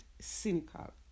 cynical